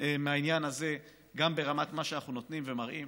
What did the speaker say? מהעניין הזה, גם ברמת מה שאנחנו נותנים ומראים